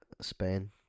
Spain